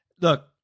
look